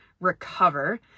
recover